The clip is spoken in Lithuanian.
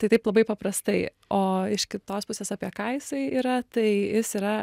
tai taip labai paprastai o iš kitos pusės apie ką jisai yra tai jis yra